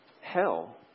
Hell